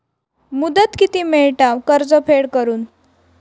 मुदत किती मेळता कर्ज फेड करून?